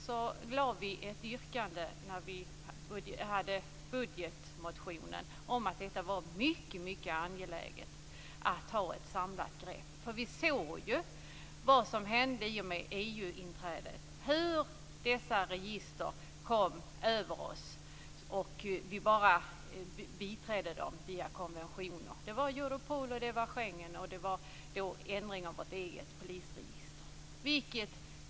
Då hade vi ett yrkande när vi lade fram budgetmotionen om att det var mycket angeläget att ta ett samlat grepp. Vi såg ju vad som hände i och med EU-inträdet. Vi såg hur dessa register kom över oss. Vi bara biträdde dem via konventioner. Det var Europol, Schengen och ändring av vårt eget polisregister.